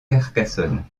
carcassonne